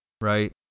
right